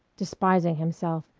despising himself,